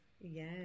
Yes